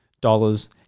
Dollars